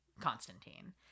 Constantine